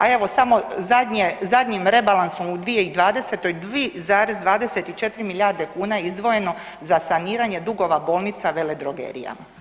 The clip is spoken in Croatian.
A evo samo zadnjim rebalansom u 2020. 2,24 milijarde kuna je izdvojeno za saniranje dugova bolnica veledrogerijama.